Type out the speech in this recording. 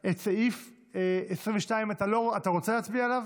על הסתייגות 22 אתה רוצה להצביע?